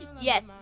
Yes